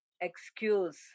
excuse